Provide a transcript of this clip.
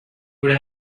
would